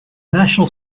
national